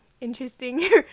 interesting